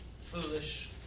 foolish